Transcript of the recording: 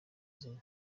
zine